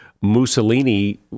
Mussolini